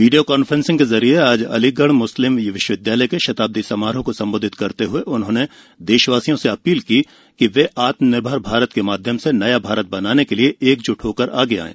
video conferencing के जरिए अलीगढ़ मुस्लिम विश्वविदयालय के शताब्दी समारोह को संबोधित करते हए उन्होंने देशवासियों से अपील की कि वे आत्मनिर्भर भारत के माध्यम से नया भारत बनाने के लिए एकज्ट होकर आगे आयें